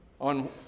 on